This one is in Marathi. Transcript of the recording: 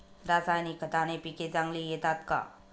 रासायनिक खताने पिके चांगली येतात का?